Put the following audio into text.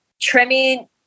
trimming